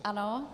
Ano.